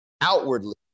outwardly